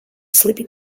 sleeping